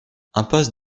impasse